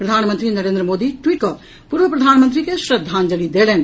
प्रधानमंत्री नरेन्द्र मोदी ट्वीट कऽ पूर्व प्रधानमंत्री के श्रद्धांजलि देलनि